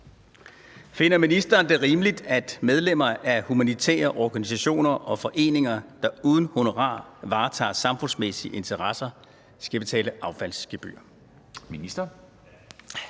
Finder ministeren det rimeligt, at medlemmer af humanitære organisationer og foreninger, der uden honorar varetager samfundsmæssige interesser, skal betale affaldsgebyr? Skriftlig